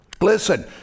Listen